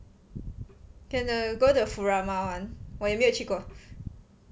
can go the Furama [one] 我也没有去过